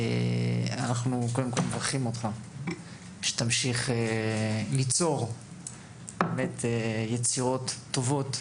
אנחנו קודם כל מברכים שתמשיך ליצור באמת יצירות טובות,